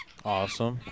Awesome